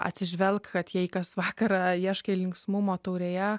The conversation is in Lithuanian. atsižvelk kad jei kas vakarą ieškai linksmumo taurėje